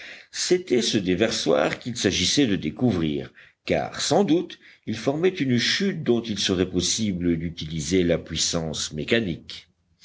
c'était ce déversoir qu'il s'agissait de découvrir car sans doute il formait une chute dont il serait possible d'utiliser la puissance mécanique